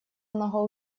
много